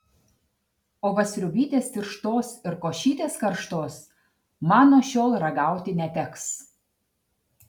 o va sriubytės tirštos ir košytės karštos man nuo šiol ragauti neteks